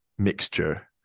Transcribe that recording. Mixture